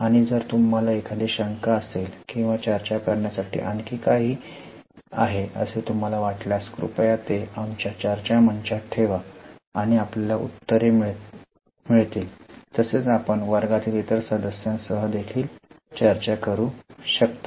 आणि जर तुम्हाला एखादी शंका असेल किंवा चर्चा करण्यासाठी आणखी काही आहे असे तुम्हाला वाटल्यास कृपया ते आमच्या चर्चा मंचात ठेवा आणि आपल्याला उत्तरे मिळतील तसेच आपण वर्गातील इतर सदस्यांसह देखील चर्चा करू शकता